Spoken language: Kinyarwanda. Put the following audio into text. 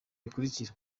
bikurikira